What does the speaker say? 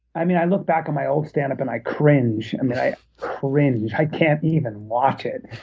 i mean i look back on my old standup and i cringe. i mean i cringe. i can't even watch it.